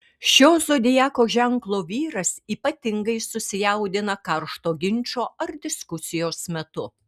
šio zodiako ženklo vyras ypatingai susijaudina karšto ginčo ar diskusijos metu